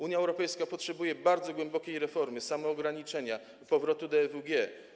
Unia Europejska potrzebuje bardzo głębokiej reformy, samoograniczenia, powrotu do EWG.